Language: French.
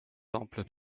temple